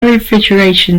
refrigeration